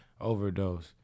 Overdose